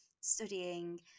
studying